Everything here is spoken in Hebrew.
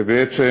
ובעצם,